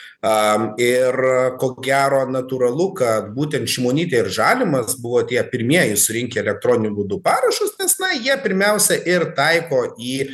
am ir ko gero natūralu kad būtent šimonytė ir žalimas buvo tie pirmieji surinkę elektroniniu būdu parašus nes na jie pirmiausia ir taiko į